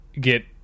get